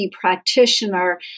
practitioner